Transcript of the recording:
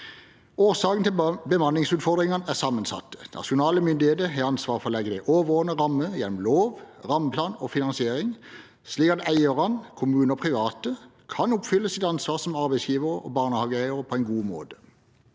Årsaken til bemanningsutfordringene er sammensatte. Nasjonale myndigheter har ansvaret for å legge de overordnede rammene gjennom lov, rammeplan og finansiering, slik at eierne, kommuner og private, kan oppfylle sitt ansvar som arbeidsgivere og barnehageeiere på en god måte.